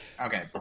Okay